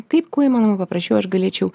kaip kuo įmanoma paprasčiau aš galėčiau